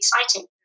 exciting